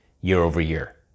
year-over-year